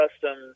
custom